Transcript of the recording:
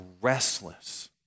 restless